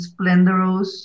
splendorous